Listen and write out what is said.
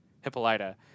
Hippolyta